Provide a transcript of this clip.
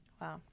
Wow